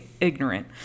ignorant